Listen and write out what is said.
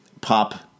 pop